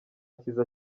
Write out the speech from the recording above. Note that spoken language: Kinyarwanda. cyiza